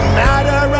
matter